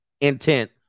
intent